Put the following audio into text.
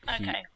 okay